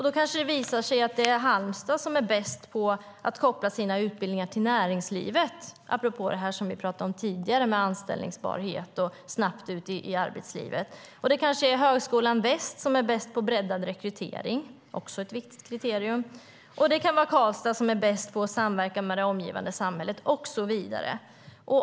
Då kanske det visar sig att Halmstad är bäst på att koppla sina utbildningar till näringslivet, apropå det vi pratade om tidigare om anställbarhet och snabbt ut i arbetslivet, att Högskolan Väst kanske är bäst på breddad rekrytering, vilket också är ett viktigt kriterium, att det kan vara Karlstad som är bäst på att samverka med det omgivande samhället och så vidare.